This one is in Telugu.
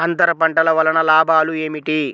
అంతర పంటల వలన లాభాలు ఏమిటి?